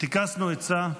טיכסנו עצה,